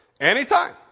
Anytime